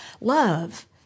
Love